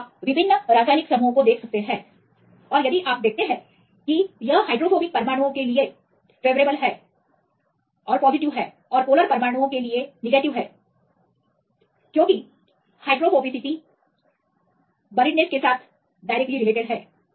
तो आप विभिन्न रासायनिक समूहों को देख सकते हैं और यदि आप देखते हैं कि यह हाइड्रोफोबिक परमाणुओं के लिए सकारात्मक है और पोलर परमाणुओं में आवेश के लिए ऋणात्मक है क्योंकि यह हाइड्रोफोबिसिटी के साथ साथ सुगम सतह क्षेत्र के बीच आनुपातिक है